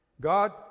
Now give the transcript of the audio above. God